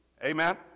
Amen